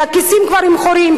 הכיסים כבר עם חורים,